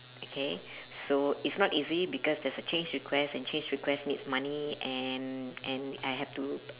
okay so it's not easy because there's a change request and change request needs money and and I have to